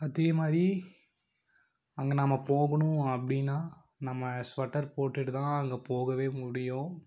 அதேமாதிரி அங்கே நம்ம போகணும் அப்படின்னா நம்ம ஸ்வட்டர் போட்டுகிட்டு தான் அங்கு போகவே முடியும்